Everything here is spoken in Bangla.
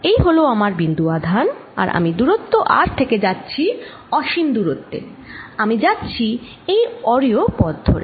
এই হল আমার বিন্দু আধান আর আমি দুরত্ব r থেকে যাচ্ছি অসীম দূরত্বে আমি যাচ্ছি এই অরীয় পথ ধরে